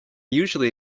usually